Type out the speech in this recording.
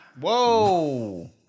Whoa